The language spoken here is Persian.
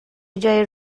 جای